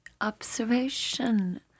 observation